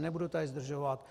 Nebudu tady zdržovat.